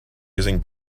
using